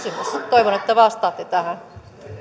toivon että vastaatte tähän